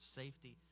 safety